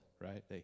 right